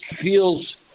feels